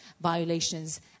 violations